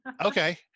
Okay